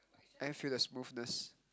and feel the smoothness